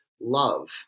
love